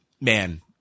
man